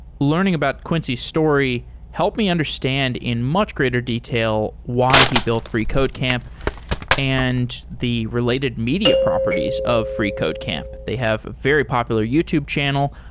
learning about quincy's story help me understand in much greater detail why he built freecodecamp and the re lated media properties of freecodecamp. they have a very popular youtube channel,